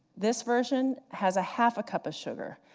this version has a half a cup of sugar,